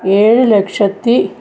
ഏഴ് ലക്ഷത്തി